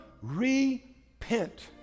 repent